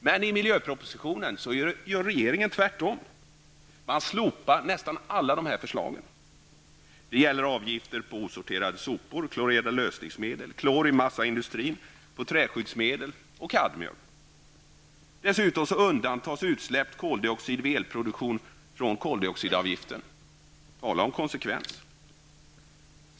Men regeringen gör tvärtom, och i miljöpropositionen slopas nästan alla dessa förslag. Det gäller t.ex. avgifter på osorterade sopor, klorerade lösningsmedel, klor i massaindustrin, träskyddsmedel och kadmium. Dessutom undantas utsläppt koldioxid vid elproduktion från koldioxidavgift. Tala om konsekvens!